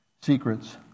Secrets